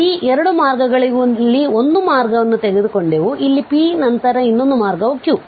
ಆದ್ದರಿಂದ ಈ 2 ಮಾರ್ಗಗಳಲ್ಲಿ ಒಂದು ಮಾರ್ಗವನ್ನು ತೆಗೆದುಕೊಂಡೆವು ಇಲ್ಲಿ P ನಂತರ ಇನ್ನೊಂದು ಮಾರ್ಗವು Q